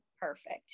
perfect